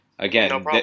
Again